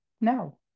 No